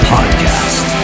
Podcast